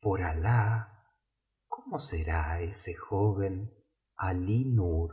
por alah cómo será ese joven alí nur